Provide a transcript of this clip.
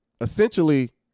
Essentially